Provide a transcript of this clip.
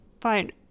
fine